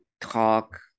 talk